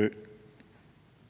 det.